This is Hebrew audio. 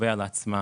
קובעת לעצמה